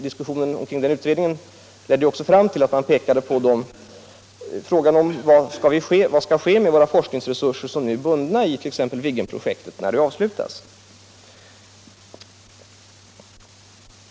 Diskussionen om den utredningen ledde också fram till att man pekade på frågan vad som skulle ske med de forskningsresurser som nu är bundna i t.ex. Viggenprojektet, när det avslutas.